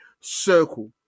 circle